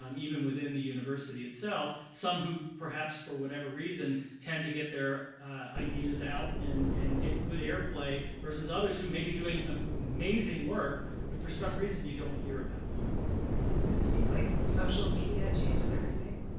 um even within the university itself. some who perhaps for whatever reason tend to get their ideas out and and get good air play, versus others who may be doing um amazing work. but for some reason you don't hear about and it seems like social media changes everything.